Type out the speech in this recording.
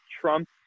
Trump